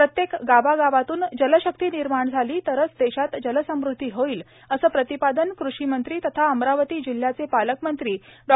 प्रत्येक गावागावातून जलशक्ती निर्माण झाली तरच देशात जलसमध्दी होईल असे प्रतिपादन कृषी मंत्री तथा अमरावती जिल्ह्याचे पालकमंत्री डॉ